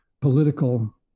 political